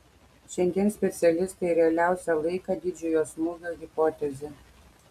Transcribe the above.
šiandien specialistai realiausia laiko didžiojo smūgio hipotezę